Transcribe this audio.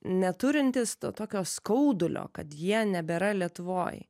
neturintys to tokio skaudulio kad jie nebėra lietuvoj